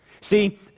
See